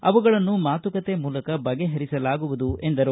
ಅವುಗಳನ್ನು ಮಾತುಕತೆ ಮೂಲಕ ಬಗೆಹರಿಸಲಾಗುವುದು ಎಂದರು